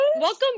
welcome